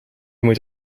moet